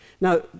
Now